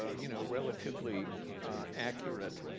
ah you know, relatively accurate,